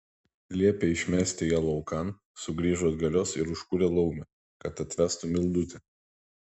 liepė išmesti ją laukan sugrįžo atgalios ir užkūrė laumę kad atvestų mildutę